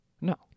No